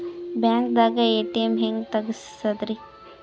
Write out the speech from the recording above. ಬ್ಯಾಂಕ್ದಾಗ ಎ.ಟಿ.ಎಂ ಹೆಂಗ್ ತಗಸದ್ರಿ?